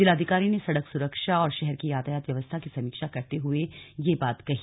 जिलाधिकारी ने सड़क सुरक्षा और शहर की यातायात व्यवस्था की समीक्षा करते हुए यह बात कही